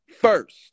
first